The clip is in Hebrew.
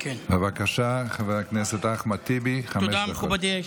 בבקשה, חבר הכנסת אחמד טיבי, חמש דקות.